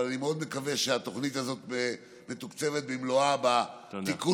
אבל אני מאוד מקווה שהתוכנית הזאת מתוקצבת במלואה בתיקון